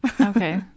okay